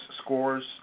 scores